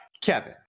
Kevin